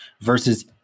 versus